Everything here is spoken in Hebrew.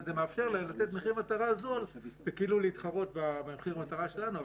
זה מאפשר להם לתת מחיר מטרה זול וכאילו להתחרות במחיר המטרה שלנו,